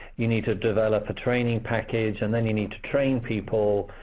you need to develop a training package, and then you need to train people.